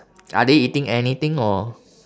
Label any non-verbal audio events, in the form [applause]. [noise] are they eating anything or [breath]